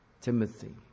Timothy